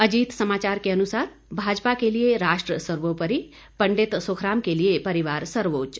अजीत समाचार के अनुसार भाजपा के लिए राष्ट्र सर्वोपरि पंडित सुखराम के लिए परिवार सर्वोच्च